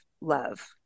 love